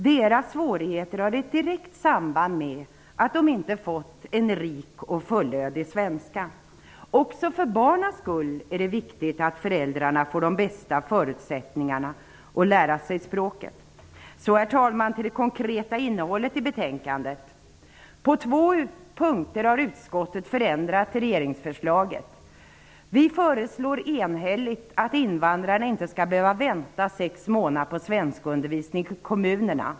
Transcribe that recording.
Deras svårigheter har ett direkt samband med att de inte fått en rik och fullödig kunskap i svenska. Också för barnens skull är det viktigt att föräldrarna får de bästa förutsättningarna att lära sig språket. Herr talman! Så till det konkreta innehållet i betänkandet: På två punkter har utskottet förändrat regeringsförslaget. Vi föreslår enhälligt att invandrarna inte skall behöva vänta sex månader på svenskundervisning i kommunerna.